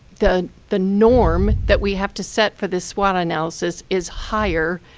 the the norm that we have to set for this swot analysis is higher